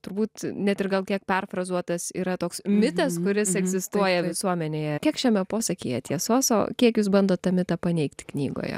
turbūt net ir gal kiek perfrazuotas yra toks mitas kuris egzistuoja visuomenėje kiek šiame posakyje tiesos o kiek jūs bandot tą mitą paneigti knygoje